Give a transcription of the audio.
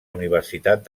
universitat